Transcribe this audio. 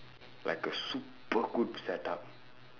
like a super good setup